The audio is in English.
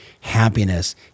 happiness